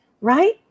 right